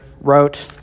wrote